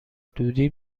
دودی